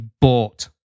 bought